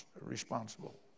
responsible